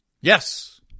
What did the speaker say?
Yes